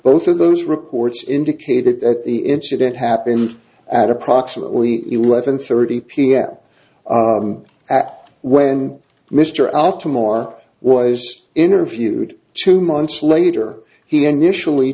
both of those reports indicated that the incident happened at approximately eleven thirty pm at when mr out tomorrow was interviewed two months later he